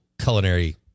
culinary